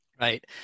right